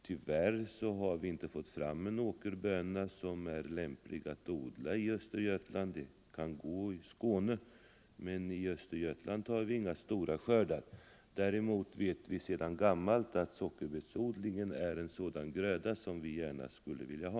Tyvärr har vi inte fått fram en åkerböna som är lämplig att odla i Östergötland. Det kan gå i Skåne, men i Östergötland får vi inga stora skördar. Däremot vet vi sedan gammalt att sockerbetsodlingen är en odling som vi gärna skulle vilja ha.